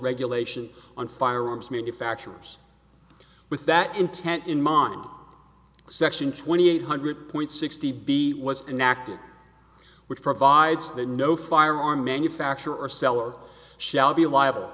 regulation on firearms manufacturers with that intent in mind section twenty eight hundred point sixty b was enacted which provides that no firearm manufacturer seller shall be liable